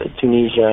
Tunisia